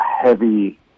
heavy